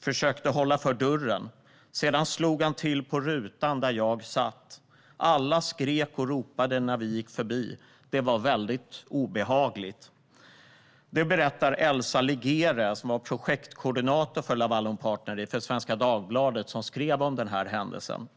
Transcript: försökte att hålla för dörren. Sedan slog han till på rutan där jag satt. - Alla skrek och ropade när vi gick förbi. Det var väldigt obehagligt." Det berättar Elsa Ligere, projektkoordinator för Laval un Partneri, för Svenska Dagbladet, som skrev om händelsen.